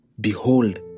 behold